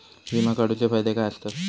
विमा काढूचे फायदे काय आसत?